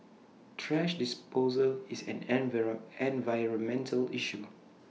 thrash disposal is an environmental issue